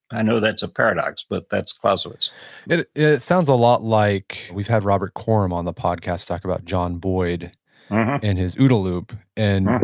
i know that's a paradox, but that's clausewitz it it sounds a lot like, we've had robert corum on the podcast talk about john boyd and his ooda loop. and boyd